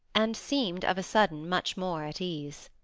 and seemed of a sudden much more at ease.